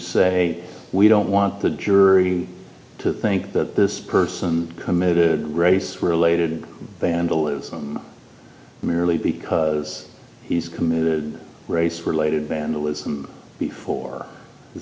say we don't want the jury to think that this person committed race related vandalism merely because he's committed race related vandalism before is